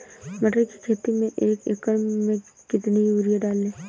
मटर की खेती में एक एकड़ में कितनी यूरिया डालें?